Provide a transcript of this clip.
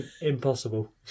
Impossible